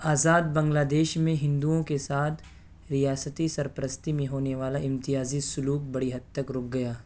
آزاد Bangladesh میں ہندوؤں کے ساتھ ریاستی سرپرستی میں ہونے والا امتیازی سلوک بڑی حد تک رک گیا